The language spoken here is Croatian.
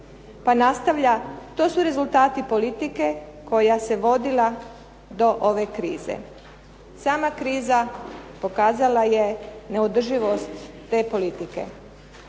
Pa nastavlja: "To su rezultati politike koja se vodila do ove krize, sama kriza pokazala je neodrživost te politike".